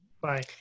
Bye